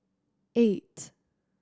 eight